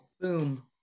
boom